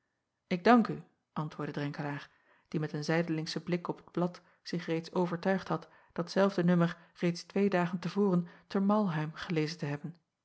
k dank u antwoordde renkelaer die met een zijdelingschen blik op het blad zich reeds overtuigd had datzelfde nummer reeds twee dagen te voren te arlheim gelezen te hebben